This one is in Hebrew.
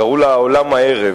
קראו לה "העולם הערב",